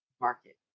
market